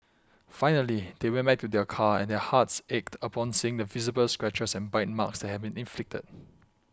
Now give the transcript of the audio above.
finally they went back to their car and their hearts ached upon seeing the visible scratches and bite marks have been inflicted